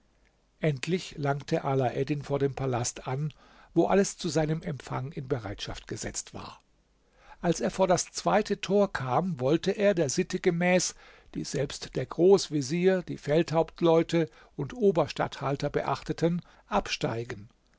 endlich langte alaeddin vor dem palast an wo alles zu seinem empfang in bereitschaft gesetzt war als er vor das zweite tor kam wollte er der sitte gemäß die selbst der großvezier die feldhauptleute und oberstatthalter beachteten absteigen